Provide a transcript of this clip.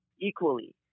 equally